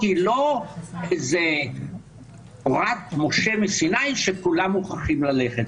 היא לא איזה תורת משה מסיני שכולם מוכרחים ללכת אחריה.